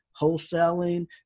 wholesaling